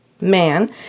man